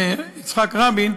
יצחק רבין,